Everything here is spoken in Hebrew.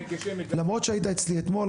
למרות שהיית אצלי אתמול,